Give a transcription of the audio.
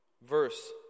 verse